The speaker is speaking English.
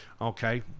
okay